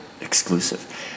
exclusive